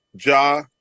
Ja